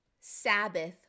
Sabbath